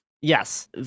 Yes